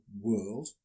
world